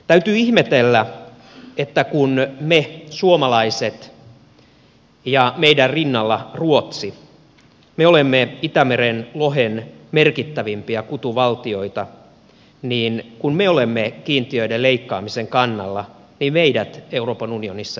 täytyy ihmetellä että kun me suomalaiset ja meidän rinnallamme ruotsi jotka olemme itämeren lohen merkittävimpiä kutuvaltioita olemme kiintiöiden leikkaamisen kannalla niin meidät euroopan unionissa jyrätään